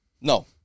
No